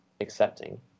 accepting